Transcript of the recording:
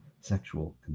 sexual